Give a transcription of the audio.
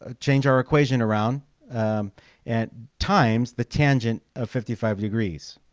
ah change our equation around and times the tangent of fifty five degrees